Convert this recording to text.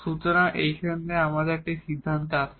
সুতরাং এই সঙ্গে আমরা এখন সিদ্ধান্তে আসা